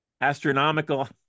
astronomical